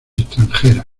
extranjeras